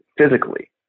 physically